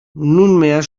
nunmehr